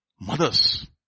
Mothers